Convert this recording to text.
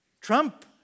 Trump